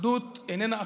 אחדות איננה אחידות.